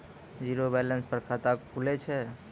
Zero balance पर खाता खुले छै?